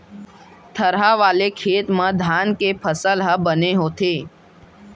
थरहा वाले खेत म धान के फसल ह बने होथे